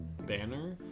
banner